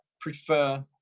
prefer